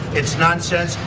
it's nonsense,